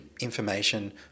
information